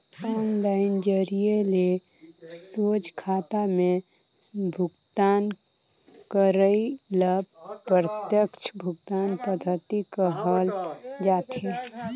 online जरिए ले सोझ खाता में भुगतान करई ल प्रत्यक्छ भुगतान पद्धति कहल जाथे